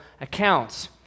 accounts